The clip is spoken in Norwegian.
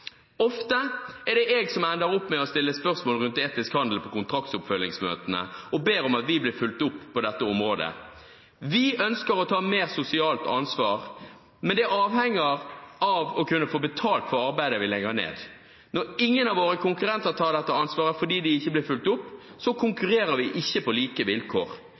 er det jeg som ender opp med å stille spørsmål rundt etisk handel på kontraktsoppfølgningsmøtene, og ber om at vi blir fulgt opp på dette området. Vi ønsker å ta mer sosialt ansvar. Det avhenger av å kunne få betalt for arbeidet vi legger ned. Når ingen av våre konkurrenter tar dette ansvaret – fordi de ikke blir fulgt opp – så konkurrerer vi ikke på like vilkår.